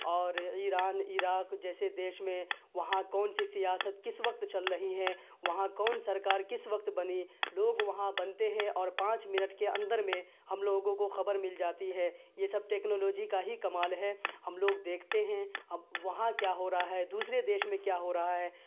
اور Iran Iraq جیسے دیش میں وہاں کون سی سیاست کس وقت چل رہی ہے وہاں کون سرکار کس وقت بنی لوگ وہاں بنتے ہیں اور پانچ منٹ کے اندر میں ہم لوگوں کو خبر مل جاتی ہے یہ سب ٹیکنالاجی کا ہی کمال ہے ہم لوگ دیکھتے ہیں وہاں کیا ہو رہا ہے دوسرے دیش میں کیا ہو رہا ہے